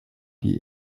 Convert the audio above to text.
die